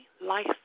life